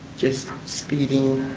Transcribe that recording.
just speeding,